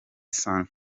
san